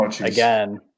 again